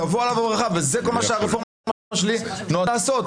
זה כל מה שהרפורמה שלי נועדה לעשות.